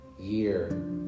year